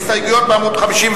הסתייגות חבר הכנסת מוחמד